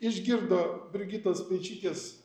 išgirdo brigitos speičytės